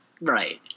Right